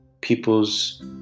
people's